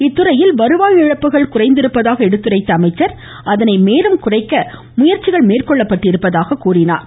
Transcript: இத்துறையில் வருவாய் இழப்புகள் குறைந்திருப்பதாக எடுத்துரைத்த அவர் அதனை மேலும் குறைக்க முயற்சிகள் மேற்கொள்ளப்பட்டிருப்பதாகவும் தெரிவித்தார்